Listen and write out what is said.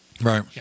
Right